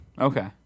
Okay